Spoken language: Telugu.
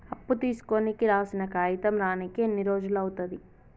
అప్పు తీసుకోనికి రాసిన కాగితం రానీకి ఎన్ని రోజులు అవుతది?